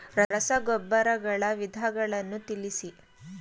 ರಸಗೊಬ್ಬರಗಳ ವಿಧಗಳನ್ನು ತಿಳಿಸಿ?